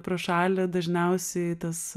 pro šalį dažniausiai tas